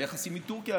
היחסים עם טורקיה,